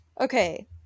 Okay